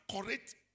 correct